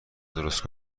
درست